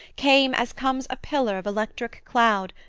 came as comes a pillar of electric cloud,